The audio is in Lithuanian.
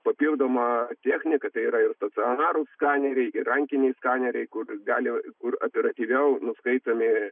papildoma technika tai yra ir stacionarūs skaneriai ir rankiniai skaneriai kur gali kur operatyviau nuskaitomi